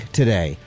today